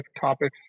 topics